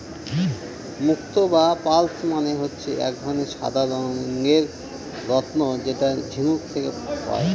মুক্ত বা পার্লস মানে হচ্ছে এক ধরনের সাদা রঙের রত্ন যেটা ঝিনুক থেকে পায়